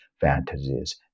fantasies